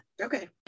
Okay